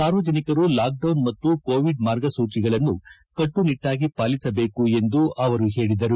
ಸಾರ್ವಜನಿಕರು ಲಾಕ್ಡೌನ್ ಮತ್ತ ಕೋವಿಡ್ ಮಾರ್ಗಸೂಜಿಗಳನ್ನು ಕಟ್ಟುನಿಟ್ಟಾಗಿ ಪಾಲಿಸಬೇಕು ಎಂದು ಅವರು ಪೇಳಿದರು